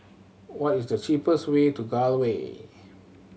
what is the cheapest way to Gul Way